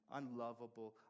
unlovable